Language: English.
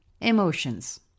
Emotions